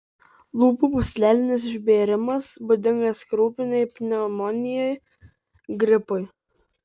lūpų pūslelinis išbėrimas būdingas krupinei pneumonijai gripui